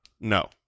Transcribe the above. No